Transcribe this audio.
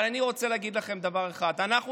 אבל אני רוצה להגיד לכם דבר אחד: אנחנו